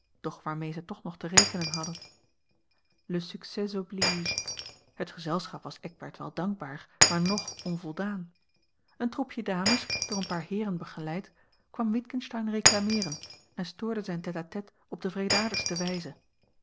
waarmee ze toch nog te rekenen hadden le succès oblige het gezelschap was eckbert wel dankbaar maar ng onvoldaan een troepje dames door een paar heeren begeleid kwam witgensteyn reclameeren en stoorde zijn tête à tête op de wreedaardigste wijze